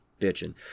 bitching